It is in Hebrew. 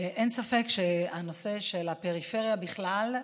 אין ספק שבנושא של הפריפריה בכלל,